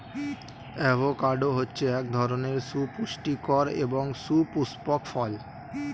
avocado হচ্ছে এক ধরনের সুপুস্টিকর এবং সুপুস্পক ফল